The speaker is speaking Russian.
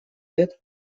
лет